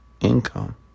income